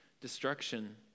destruction